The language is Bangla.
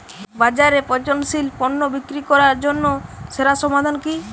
বাজারে পচনশীল পণ্য বিক্রি করার জন্য সেরা সমাধান কি?